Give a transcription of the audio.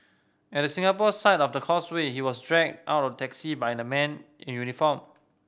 at the Singapore side of the causeway he was dragged out of a taxi by the men in uniform